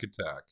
Attack